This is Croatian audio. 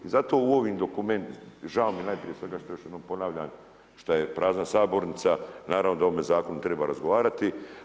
I zato u ovim dokumentima, žao mi je najprije svega što još jednom ponavljam što je prazna sabornica, naravno da ovome zakonu treba razgovarati.